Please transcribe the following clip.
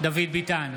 דוד ביטן,